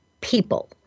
people